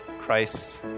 Christ